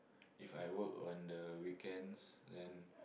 If I work on the weekends then